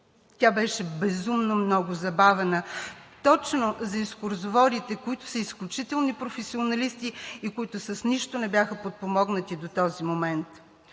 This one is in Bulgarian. Тя беше безумно много забавена – точно за екскурзоводите, които са изключителни професионалисти и които с нищо не бяха подпомогнати до този момент.